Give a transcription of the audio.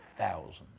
thousands